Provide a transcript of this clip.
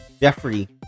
Jeffrey